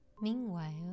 Meanwhile